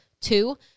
Two